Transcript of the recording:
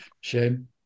Shame